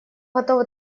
готовы